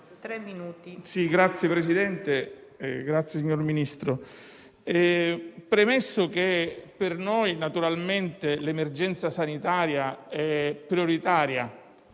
premesso che per noi naturalmente l'emergenza sanitaria è prioritaria